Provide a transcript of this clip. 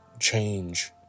change